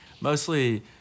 mostly